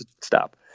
Stop